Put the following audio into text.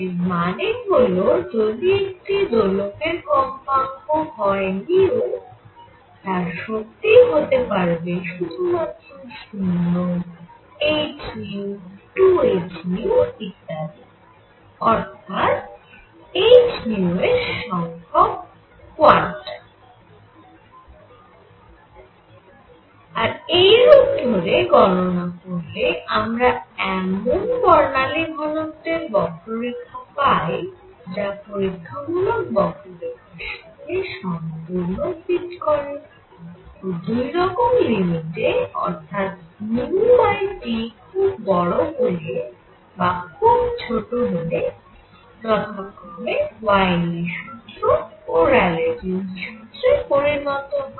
এর মানে হল যদি একটি দোলকের কম্পাঙ্ক হয় নিউ তার শক্তি হতে পারবে সুধুমাত্র 0 h 2 h ইত্যাদি অর্থাৎ h এর n সংখ্যক কোয়ান্টা আর এইরূপ ধরে গণনা করলে আমরা এমন বর্ণালী ঘনত্বের বক্ররেখা পাই যা পরীক্ষামূলক বক্ররেখার সাথে সম্পূর্ণ ফিট করে ও দুই রকম লিমিটে অর্থাৎ T খুব বড় হলে বা খুব ছোট হলে যথাক্রমে ওয়েইনের সূত্র Wien's formula ও র্যালে জীন্স সুত্রে Rayleigh Jean's formula পরিণত হয়